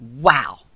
Wow